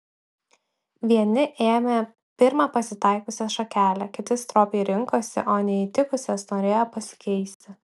vieni ėmė pirmą pasitaikiusią šakelę kiti stropiai rinkosi o neįtikusias norėjo pasikeisti